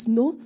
no